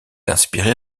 inspiré